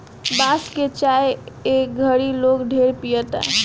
बांस के चाय ए घड़ी लोग ढेरे पियता